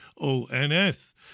ONS